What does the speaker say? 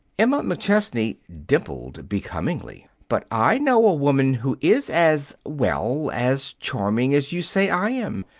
emma mcchesney dimpled becomingly. but i know a woman who is as well, as charming as you say i am.